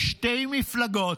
יש שתי מפלגות